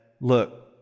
look